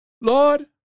Lord